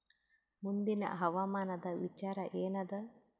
ಮುಂದಿನ ಹವಾಮಾನದ ವಿಚಾರ ಏನದ?